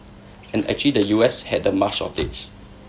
and actually the U_S had a mask shortage